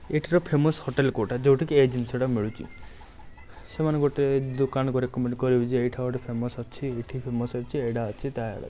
ଏଠିର famous hotel କେଉଁଟା ଯେଉଁଠିକି ଏ ଜିନିଷଟା ମିଳୁଛି ସେମାନେ ଗୋଟେ ଦୋକାନ ଉପରେ କମେଣ୍ଟ୍ କରିବେ ଯେ ଏଇଟା ଗୋଟେ ଫେମସ୍ ଅଛି ଏଇଠି ଫେମସ୍ ଅଛି ଏଇଟା ଅଛି ତା' ଅଛି